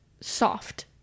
soft